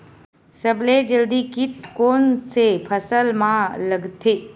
सबले जल्दी कीट कोन से फसल मा लगथे?